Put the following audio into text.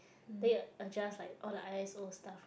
then it adjust like all the eye all stuff right